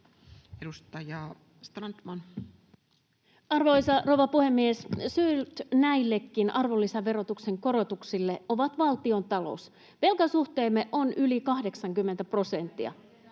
Edustaja Strandman. Arvoisa rouva puhemies! Syy näillekin arvonlisäverotuksen korotuksille on valtiontalous. Velkasuhteemme on yli 80 prosenttia.